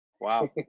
Wow